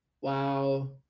Wow